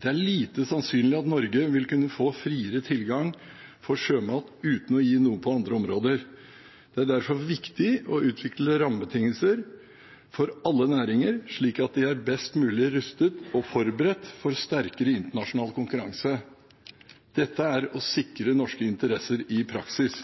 Det er lite sannsynlig at Norge vil kunne få friere tilgang for sjømat uten å gi noe på andre områder. Det er derfor viktig å utvikle rammebetingelser for alle næringer, slik at de er best mulig rustet for og forberedt på sterkere internasjonal konkurranse. Dette er å sikre norske interesser i praksis.